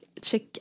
check